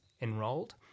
enrolled